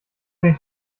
sich